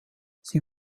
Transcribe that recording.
sie